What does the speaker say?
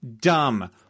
dumb